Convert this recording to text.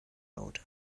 road